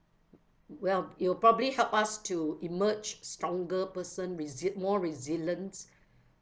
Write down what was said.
well it'll probably help us to emerge stronger person resi~ more resilience